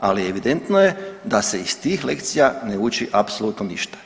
ali evidentno je da se iz tih lekcija ne uči apsolutno ništa.